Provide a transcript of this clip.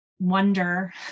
wonder